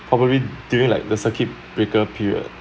probably during like the circuit breaker period